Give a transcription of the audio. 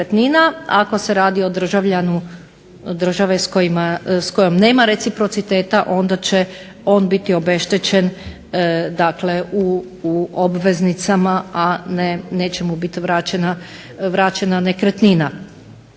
ako se radi o državljaninu države s kojom nema reciprociteta onda će on biti obeštećen dakle u obveznicama, a neće mu biti vraćena nekretnina.